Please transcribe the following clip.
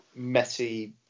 Messi